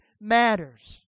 matters